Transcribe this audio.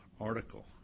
article